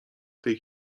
tej